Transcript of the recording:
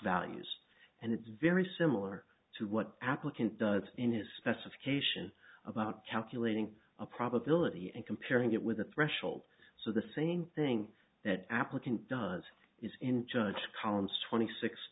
values and it's very similar to what applicant does in a specification about calculating a probability and comparing it with a threshold so the same thing that applicant does is in judge columns twenty six